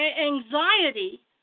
anxiety